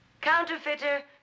Counterfeiter